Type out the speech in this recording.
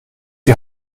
die